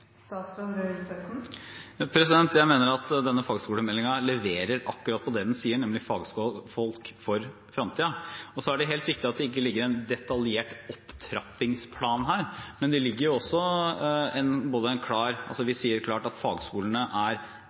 Jeg mener at denne fagskolemeldingen leverer akkurat på det den sier, nemlig Fagfolk for fremtiden. Det er helt riktig at det ikke ligger en detaljert opptrappingsplan her, men vi sier klart at fagskolene er viktige – de burde få en viktigere posisjon – og at vi